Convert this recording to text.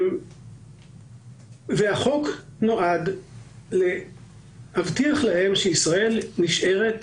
החוק נועד להבטיח להם שישראל נשארת